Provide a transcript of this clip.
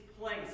place